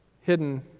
hidden